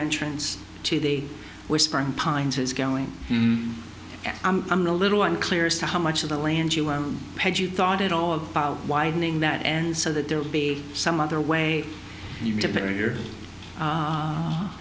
entrance to the whispering pines is going and i'm a little unclear as to how much of the land you own paid you thought at all about widening that and so that there would be some other way